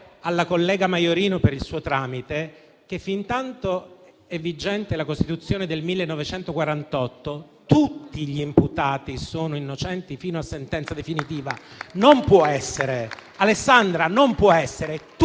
alla collega Maiorino, per il suo tramite, che fintanto è vigente la Costituzione del 1948 tutti gli imputati sono innocenti fino a sentenza definitiva. Non può essere,